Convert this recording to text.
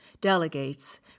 delegates